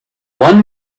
one